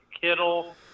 Kittle